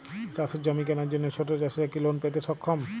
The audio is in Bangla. চাষের জমি কেনার জন্য ছোট চাষীরা কি লোন পেতে সক্ষম?